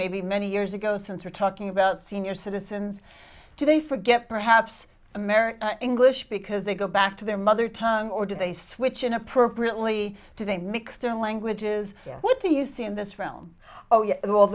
maybe many years ago since we're talking about senior citizens do they forget perhaps american english because they go back to their mother tongue or do they switch in appropriately to they mix their languages what do you see in this film oh yes well